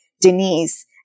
Denise